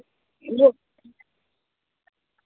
अ